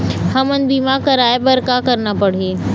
हमन बीमा कराये बर का करना पड़ही?